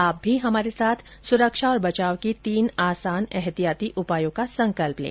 आप भी हमारे साथ सुरक्षा और बचाव के तीन आसान एहतियाती उपायों का संकल्प लें